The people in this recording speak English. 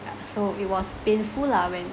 so it was painful lah when